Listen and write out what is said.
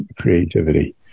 creativity